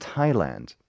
Thailand